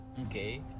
okay